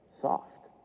soft